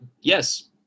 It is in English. Yes